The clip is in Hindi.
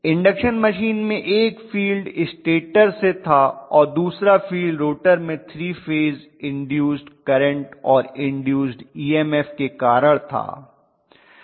इंडक्शन मशीन में एक फील्ड स्टेटर से था और दूसरा फील्ड रोटर में 3 फेज इन्दूस्ड करंट और इन्दूस्ड ईएमएफ के कारण था